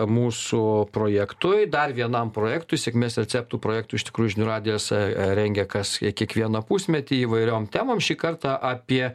mūsų projektui dar vienam projektui sėkmės receptų projektų iš tikrųjų žinių radijas a rengia kas kiekvieną pusmetį įvairiom temom šį kartą apie